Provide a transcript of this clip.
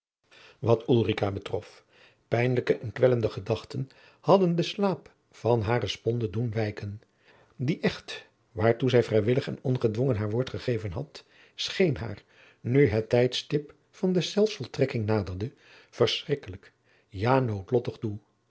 ulrica betrof pijnlijke en kwellende gedachten hadden den slaap van hare sponde doen wijken die echt waartoe zij vrijwillig en ongedwongen haar woord gegeven had scheen haar nu het tijdstip van deszelfs voltrekking naderde verschrikkelijk ja noodlottig toe